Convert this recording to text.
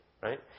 Right